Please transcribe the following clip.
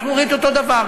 אנחנו אומרים את אותו דבר.